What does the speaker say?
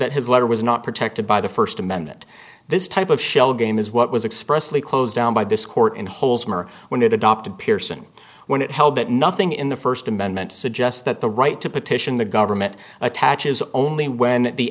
that his letter was not protected by the first amendment this type of shell game is what was expressly closed down by this court and holes were when it adopted pearson when it held that nothing in the first amendment suggests that the right to petition the government attaches only when the